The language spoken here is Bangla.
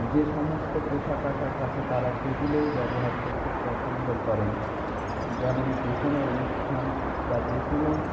যে সমস্ত পোশাক আশাক আছে তারা সেগুলোই ব্যবহার করতে পছন্দ করেন যেমন যে কোনো অনুষ্ঠান বা যে কোনো